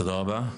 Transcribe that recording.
תודה רבה,